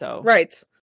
Right